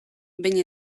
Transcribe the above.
behin